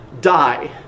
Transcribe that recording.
Die